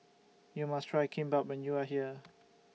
YOU must Try Kimbap when YOU Are here